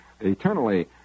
eternally